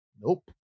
Nope